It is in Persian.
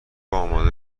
اماده